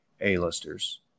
a-listers